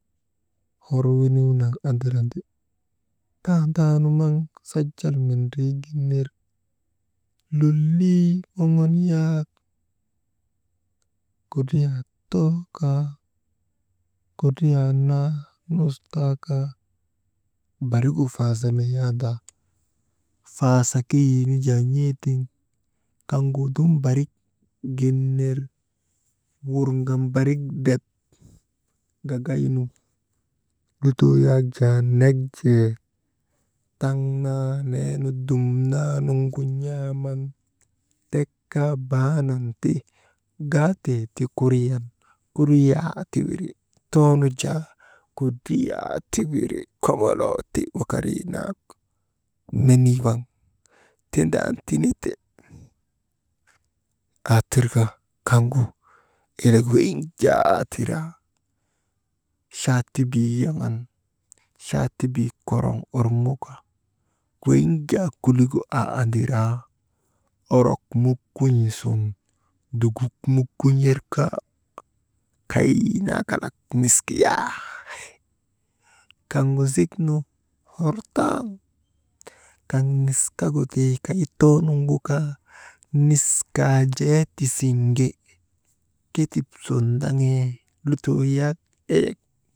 Hor winiw naŋ andirandi, tandaanu maŋ sajal mindrii gin ner lolii moŋon yak kudriyaa too kaa kudrdii naa nus taakaa, barigu faasa meyanda, faasa keyii nu jaa n̰eetiŋ kaŋ gu dum barik gin ner wurŋan barik drep gagaynu, lutoo yak jaa nek jee taŋ naa neenu dumnaanugu n̰aaman tek kaa baanan ti gaatee ti kuriyaa ti wiri too nu jaa kudriyaa tiwiri, komolooti wakariinaa menii waŋ tindan tinete, aa tirka kaŋgu, elek weyiŋ jaa aa tiraa chaatibii yaŋan chaatibii koroŋ orŋoka weyiŋ jaa kuligu aa andiraa, orok mukun̰I sun duguk mukun̰erka kay naa kalak nis kiyaa, kaŋgu ziknu hor tan, kaŋ nikagu tii kay toonugu kaa niskaa jee tisiŋgi, ketip sun ndeŋee lutoo yak eyek.